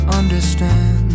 understand